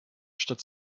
statt